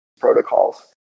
protocols